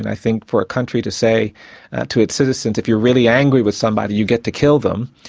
and i think for a country to say to its citizens, if you're really angry with somebody you get to kill them,